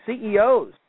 CEOs